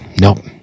Nope